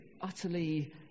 utterly